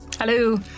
Hello